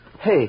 Hey